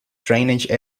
drainage